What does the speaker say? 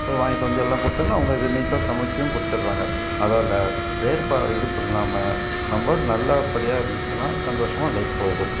போய் வாங்கிட்டு வந்து எல்லாம் கொடுத்தோன்னா அவங்க இது நீட்டாக சமைத்தும் கொடுத்துர்றாங்க அதால வேறுபாடு இதுப்பு இல்லாமல் நம்ம நல்லபடியாக இருந்துச்சுன்னால் சந்தோஷமாக லைஃப் போகும்